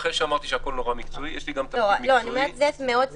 אחרי שאמרתי את זה- -- זה ספציפית